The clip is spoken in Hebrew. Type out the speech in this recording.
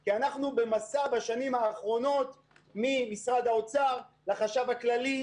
כי בשנים האחרונות אנחנו במסע ממשרד האוצר לחשב הכללי,